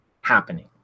happening